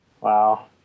Wow